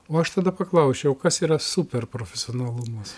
o aš tada paklausčiau o kas yra super profesionalumas